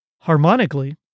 Harmonically